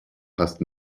passt